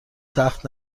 سخت